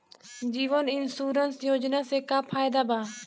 जीवन insurance योजना से का फायदा बा?